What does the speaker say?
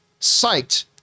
psyched